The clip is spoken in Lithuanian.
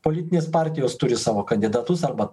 politinės partijos turi savo kandidatus arba